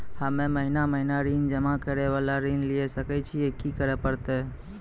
हम्मे महीना महीना ऋण जमा करे वाला ऋण लिये सकय छियै, की करे परतै?